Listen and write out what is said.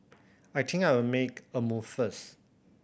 I think I'll make a move first